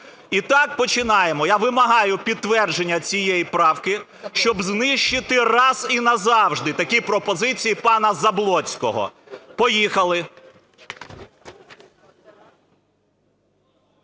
І так починаємо, я вимагаю підтвердження цієї правки, щоб знищити раз і назавжди такі пропозиції пана Заблоцького. Поїхали.